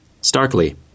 Starkly